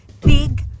big